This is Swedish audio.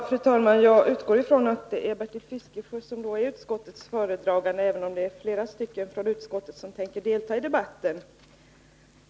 Fru talman! Jag utgår ifrån att det är Bertil Fiskesjö som är utskottets föredragande, även om det är flera från utskottet som tänker delta i debatten.